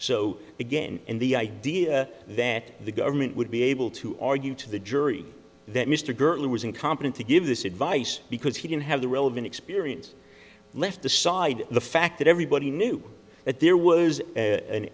so again and the idea that the government would be able to argue to the jury that mr gertler was incompetent to give this advice because he didn't have the relevant experience left aside the fact that everybody knew that there was